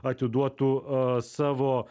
atiduotų savo